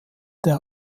der